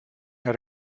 had